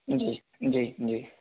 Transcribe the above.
जी जी जी